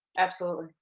absolutely.